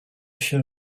show